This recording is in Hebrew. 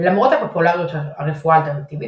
למרות הפופולריות של הרפואה האלטרנטיבית,